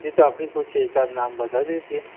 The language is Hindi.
नहीं तो अभी कोई चीज़ का नाम बता दीजिए